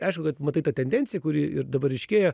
aišku kad matai tą tendenciją kuri ir dabar ryškėja